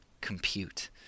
compute